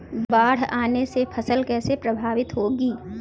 बाढ़ आने से फसल कैसे प्रभावित होगी?